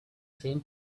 same